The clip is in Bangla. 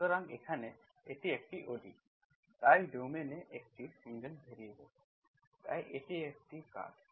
সুতরাং এখানে এটি একটি ODE তাই ডোমেইন একটি সিঙ্গেল ভ্যারিয়েবল তাই এটি একটি কার্ভ